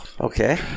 Okay